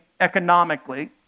economically